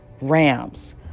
Rams